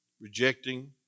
Rejecting